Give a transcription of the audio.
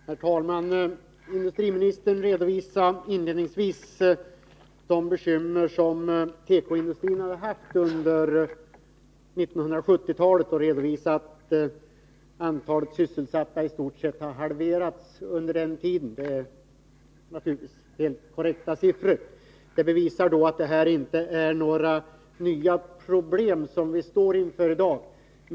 Herr talman! Industriministern redovisade inledningsvis de bekymmer som tekoindustrin har haft under 1970-talet. Antalet sysselsatta har i stort sett halverats under den tiden. Det är naturligtvis helt korrekta uppgifter. De visar att vi inte står inför några nya problem i dag.